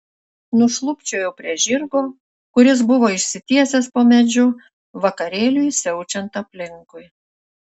nušlubčiojau prie žirgo kuris buvo išsitiesęs po medžiu vakarėliui siaučiant aplinkui